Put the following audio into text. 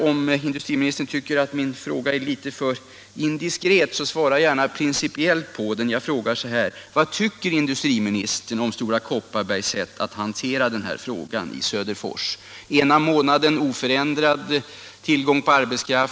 Om industriministern tycker att min fråga är litet indiskret, så svara gärna principiellt på den. Och då frågar jag så här: Vad tycker indu derfors? Ena månaden säger man att det skall bli oförändrad arbets Fredagen den tillgång, andra månaden blir 200 man friställda.